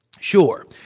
Sure